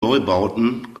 neubauten